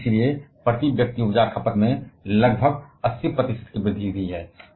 और इसलिए प्रति व्यक्ति ऊर्जा खपत में लगभग 80 प्रतिशत की वृद्धि हुई है